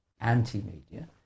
anti-media